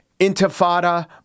Intifada